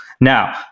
Now